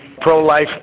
pro-life